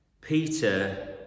Peter